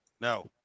No